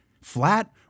flat